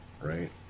right